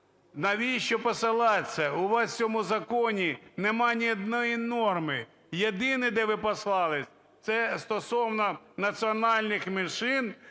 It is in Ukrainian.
Навіщо посилатися? У вас в цьому законі немає ні одної норми. Єдине, де послались, це стосовно національних меншин,